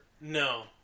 No